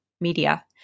media